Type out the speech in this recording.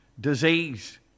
disease